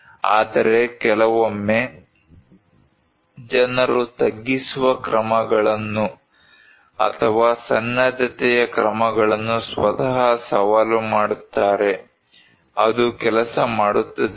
ಆದರೆ ಕೆಲವೊಮ್ಮೆ ಜನರು ತಗ್ಗಿಸುವ ಕ್ರಮಗಳನ್ನು ಅಥವಾ ಸನ್ನದ್ಧತೆಯ ಕ್ರಮಗಳನ್ನು ಸ್ವತಃ ಸವಾಲು ಮಾಡುತ್ತಾರೆ ಅದು ಕೆಲಸ ಮಾಡುತ್ತದೆಯೇ